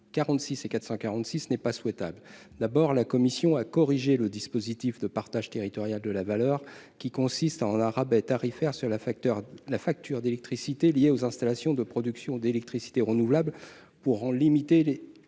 et 446, n'est pas souhaitable. Tout d'abord, la commission a corrigé le dispositif de partage territorial de la valeur, qui consiste en un rabais tarifaire sur la facture d'électricité lié aux installations de production d'électricité renouvelable, pour en limiter les